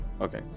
okay